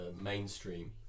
mainstream